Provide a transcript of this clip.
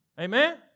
Amen